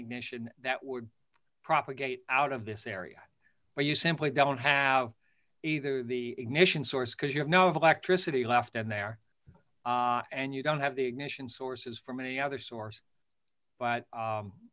ignition that would propagate out of this area where you simply don't have either the ignition source because you have no electricity left and there and you don't have the ignition sources from any other source but